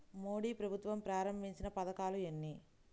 మోదీ ప్రభుత్వం ప్రారంభించిన పథకాలు ఎన్ని?